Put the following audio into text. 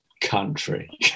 country